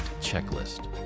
checklist